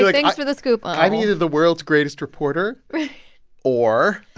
like thanks for the scoop i'm either the world's greatest reporter or.